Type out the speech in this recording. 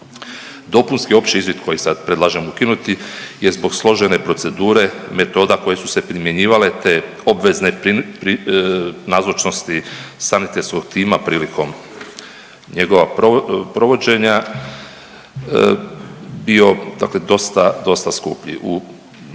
Dopunski opći izvid koji sad predlažem ukinuti je zbog složene procedure metoda koje su se primjenjivale te obvezne nazočnosti sanitetskog tima prilikom njegova provođenja bio dakle dosta,